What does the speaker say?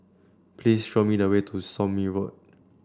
please show me the way to Somme Road